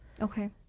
Okay